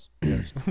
yes